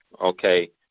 okay